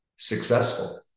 successful